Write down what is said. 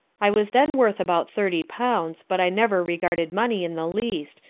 i was then worth about thirty pounds, but i never regarded money in the least,